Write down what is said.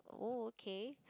oh okay